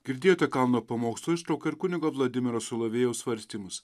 girdėjote kalno pamokslo ištrauką ir kunigo vladimiro solovėjaus svarstymus